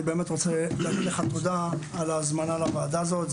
אני רוצה להגיד לך תודה על ההזמנה לוועדה הזאת.